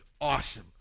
awesome